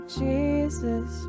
jesus